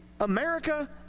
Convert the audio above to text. America